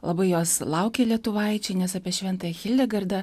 labai jos laukė lietuvaičiai nes apie šventąją hildegardą